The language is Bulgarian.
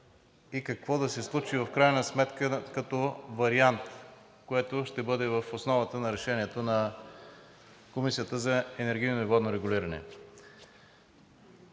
и какво да се случи в крайна сметка като вариант, което ще бъде в основата на решението на Комисията за енергийно и водно регулиране.